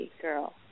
girl